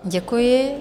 Děkuji.